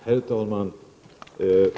Herr talman!